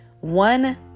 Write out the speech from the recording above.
One